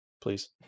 please